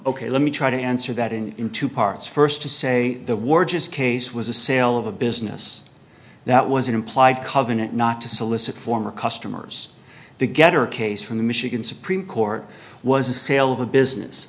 ok let me try to answer that in in two parts first to say the word is case was a sale of a business that was implied covenant not to solicit former customers to get her case from the michigan supreme court was a sale of a business